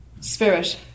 spirit